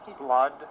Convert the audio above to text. Blood